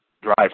Drive